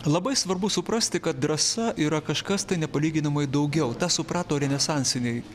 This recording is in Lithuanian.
labai svarbu suprasti kad drąsa yra kažkas tai nepalyginamai daugiau tą suprato renesansiniai